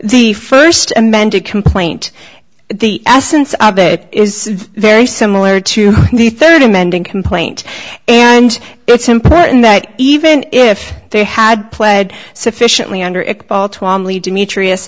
the first amended complaint the essence of it is very similar to the third amending complaint and it's important that even if they had pled sufficiently under